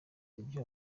n’ibyo